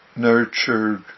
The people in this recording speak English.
nurtured